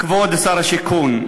כבוד שר השיכון,